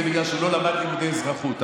זה בגלל שהוא לא למד לימודי אזרחות.